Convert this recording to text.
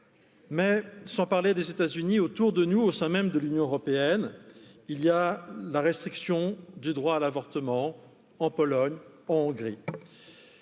mais sans parler des états unis autour de nous au sein même de l'union européenne il y a la restriction du droit à l'avortement en pologne et en hongrie